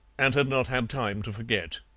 and had not had time to forget.